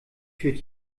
führt